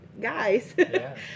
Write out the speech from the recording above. guys